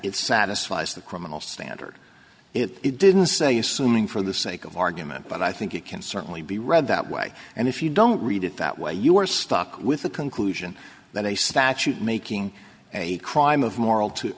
it satisfies the criminal standard it didn't say assuming for the sake of argument but i think it can certainly be read that way and if you don't read it that way you are stuck with the conclusion that a statute making a crime of moral to